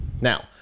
Now